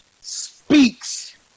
speaks